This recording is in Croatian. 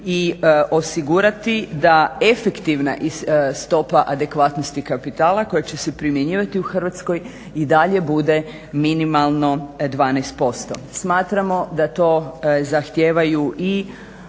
i osigurati da efektivna stopa adekvatnosti kapitala koji će se primjenjivati u Hrvatskoj i dalje bude minimalno 12%. Smatramo da to zahtijevaju i